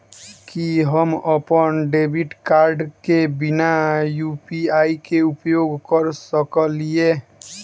की हम अप्पन debit card केँ बिना यु.पी.आई केँ उपयोग करऽ सकलिये?